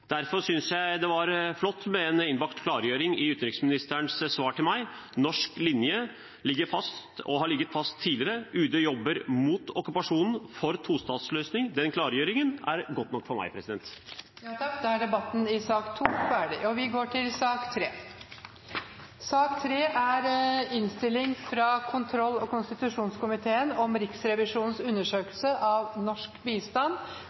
Derfor synes jeg det var flott med en innbakt klargjøring i utenriksministerens svar til meg: Norsk linje ligger fast og har ligget fast tidligere. UD jobber mot okkupasjonen, for tostatsløsning. Den klargjøringen er god nok for meg. Flere har ikke bedt om ordet til sak nr. 2. Denne saken gjelder Riksrevisjonens undersøkelse av norsk bistand til ren energi, og undersøkelsen dekker en periode på 13 år, fra 2000 til 2013. Målet med Riksrevisjonens undersøkelse